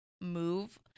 move